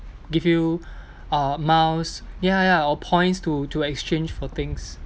give you uh miles yeah yeah or points to to exchange for things